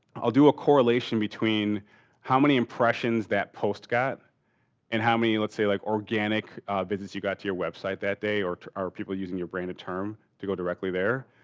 i'll do a correlation between how many impressions that post got and how many, let's say like, organic business you got to your website that day. or are people using your brain of term to go directly there.